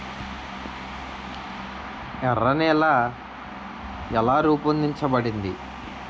ఎర్ర నేల ఎలా రూపొందించబడింది?